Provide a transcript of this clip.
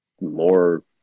more